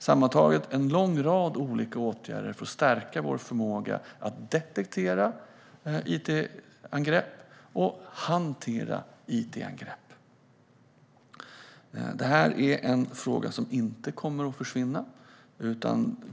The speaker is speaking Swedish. Sammantaget vidtar vi en lång rad olika åtgärder för att stärka vår förmåga att detektera och hantera it-angrepp. Detta är en fråga som inte kommer att försvinna.